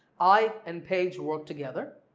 i and paige work together,